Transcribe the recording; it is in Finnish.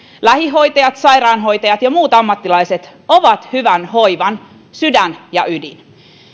lähihoitajat sairaanhoitajat ja muut ammattilaiset on hyvän hoivan sydän ja ydin